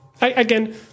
Again